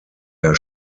der